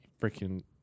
freaking